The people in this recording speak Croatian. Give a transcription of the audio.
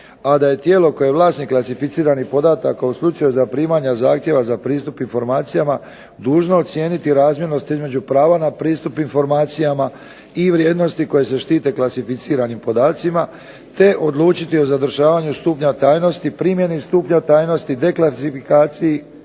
a da je tijelo koje je vlasnik klasificiranih podataka u slučaju zaprimanja zahtjeva za pristup informacijama dužno ocijeniti razmjernost između prava na pristup informacijama i vrijednosti koje se štite klasificiranim podacima te odlučiti o zadržavanju stupnja tajnosti, primjeni stupnja tajnosti, deklasifikaciji